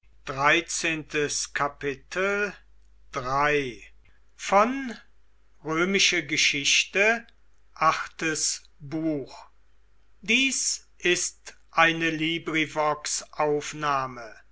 sind ist eine